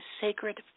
Sacred